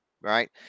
right